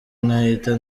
nkahita